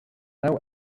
now